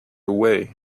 away